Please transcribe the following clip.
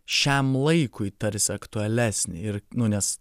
šiam laikui tarsi aktualesnį ir nu nes